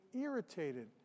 irritated